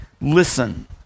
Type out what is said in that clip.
listen